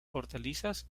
hortalizas